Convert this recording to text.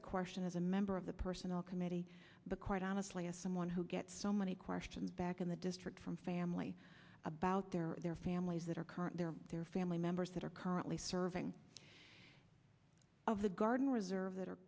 the question as a member of the personnel committee but quite honestly as someone who gets so many questions back in the district from family about their their families that are current there their family members that are currently serving of the guard and reserve that are